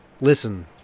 Listen